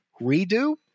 redo